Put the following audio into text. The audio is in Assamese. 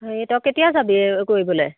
সেই তই কেতিয়া যাবি কৰিবলৈ